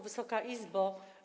Wysoka Izbo!